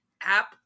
app